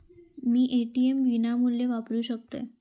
मी ATM विनामूल्य वापरू शकतय?